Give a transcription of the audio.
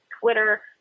Twitter